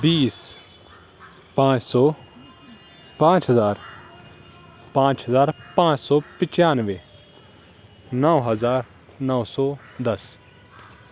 بیس پانچ سو پانچ ہزار پانچ ہزار پانچ سو پنچانوے نو ہزار نو سو دس